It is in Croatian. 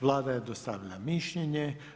Vlada je dostavila mišljenje.